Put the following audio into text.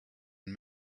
and